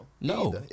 No